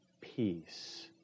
peace